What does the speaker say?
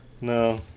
No